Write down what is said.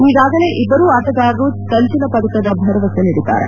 ಈಗಾಗಲೇ ಇಬ್ಬರೂ ಆಟಗಾರರು ಕಂಚಿನ ಪದಕದ ಭರವಸೆ ನೀಡಿದ್ದಾರೆ